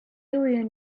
alien